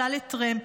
עלה לטרמפ,